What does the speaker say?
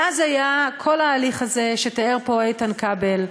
ואז היה כל ההליך הזה שתיאר פה איתן כבל,